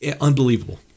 Unbelievable